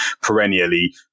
perennially